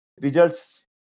results